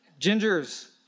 Gingers